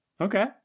Okay